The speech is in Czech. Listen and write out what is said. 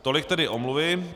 Tolik tedy omluvy.